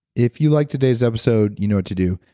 if you liked today's episode you know what to do,